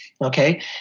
Okay